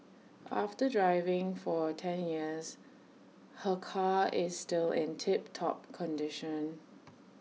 after driving for ten years her car is still in tip top condition